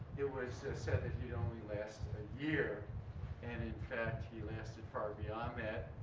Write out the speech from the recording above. it was said that he'd only last a year and in fact he lasted far beyond that.